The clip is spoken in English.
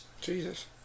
Jesus